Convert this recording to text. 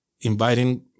inviting